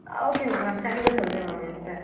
okay ma'am கண்டிப்பாக சொல்லுறேன் ma'am அவன்கிட்ட